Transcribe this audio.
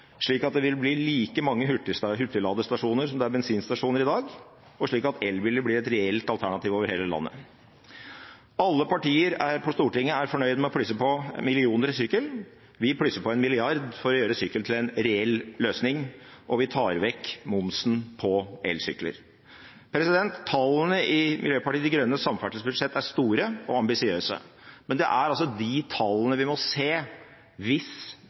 slik at det vil bli like mange hurtigladestasjoner som det er bensinstasjoner i dag, og slik at elbiler blir et reelt alternativ over hele landet. Alle partier på Stortinget er fornøyd med å plusse på millioner til sykkel. Vi plusser på en milliard kroner for å gjøre sykkel til en reell løsning, og vi tar vekk momsen på elsykler. Tallene i Miljøpartiet De Grønnes samferdselsbudsjett er store og ambisiøse, men det er de tallene vi må se hvis